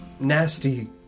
nasty